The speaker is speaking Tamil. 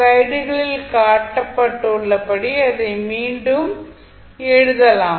ஸ்லைடுகளில் காட்டப்பட்டுள்ளபடி அதை மீண்டும் எழுதலாம்